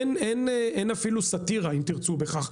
אין אפילו סטירה אם תרצו בכך,